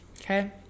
Okay